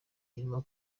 irimo